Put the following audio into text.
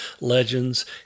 legends